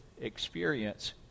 experience